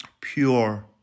pure